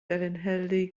felinheli